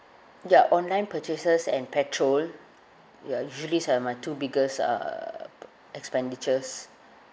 ya online purchases and petrol ya usually are my two biggest err expenditures